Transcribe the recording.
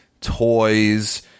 toys